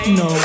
no